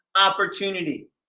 opportunity